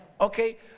Okay